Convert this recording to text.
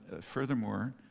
Furthermore